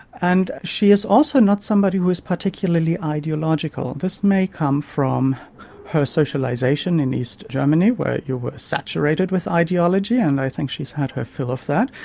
and she is also not somebody who is particularly ideological. this may come from her socialisation in east germany where you were saturated with ideology, and i think she has had her fill of that.